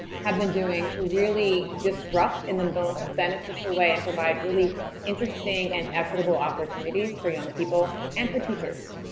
have been doing to really disrupt in the most beneficial way and provide really interesting and equitable opportunities for young people and for teachers.